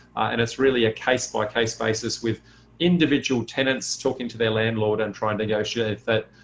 and it's really a case-by-case basis with individual tenants talking to their landlord and try and negotiate that